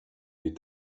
est